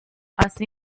así